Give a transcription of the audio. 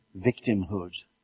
victimhood